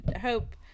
hope